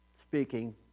speaking